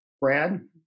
Brad